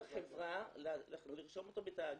לחברה, לרשום אותו בתאגיד,